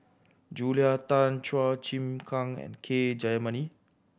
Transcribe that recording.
Julia Tan Chua Chim Kang and K Jayamani